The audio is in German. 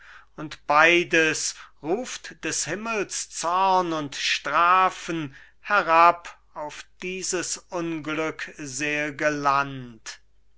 und beides ruft des himmels zorn und strafen herab auf dieses unglückselge